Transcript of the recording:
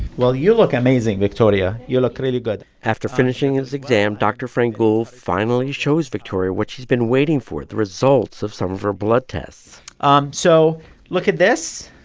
well, you look amazing, victoria. you look really good after finishing his exam, dr. frangoul finally shows victoria what she's been waiting for the results of some of her blood tests um so look at this.